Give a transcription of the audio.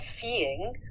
seeing